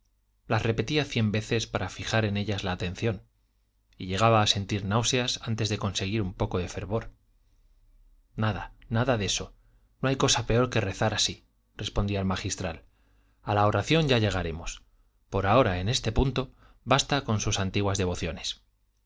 las repetía cien veces para fijar en ellas la atención y llegaba a sentir náuseas antes de conseguir un poco de fervor nada nada de eso no hay cosa peor que rezar así respondía el magistral a la oración ya llegaremos por ahora en este punto basta con sus antiguas devociones